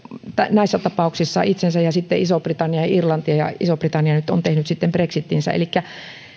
näissä tapauksissa itsensä ja sitten iso britannia ja irlanti ja ja iso britannia nyt on tehnyt sitten brexitinsä elikkä